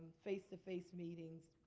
face-to-face meetings.